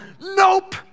nope